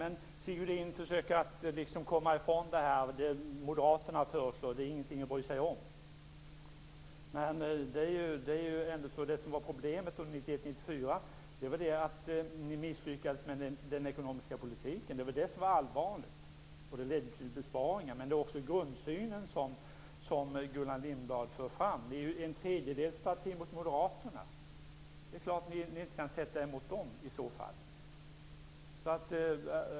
Sigge Godin försöker också komma undan genom att säga att det Moderaterna föreslår inte är något att bry sig om. Problemet under perioden 1991-1994 var ju att ni misslyckades med den ekonomiska politiken. Det var det som var allvarligt, och det ledde till besparingar. Men det handlar också om grundsynen, den som Gullan Lindblad för fram. Ni är ju ett tredjedelsparti i förhållande till Moderaterna. Det är klart att ni inte kan sätta er emot dem i så fall.